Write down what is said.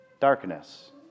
darkness